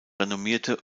renommierte